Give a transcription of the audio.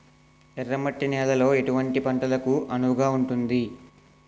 ఎర్ర మట్టి నేలలో ఎటువంటి పంటలకు అనువుగా ఉంటుంది?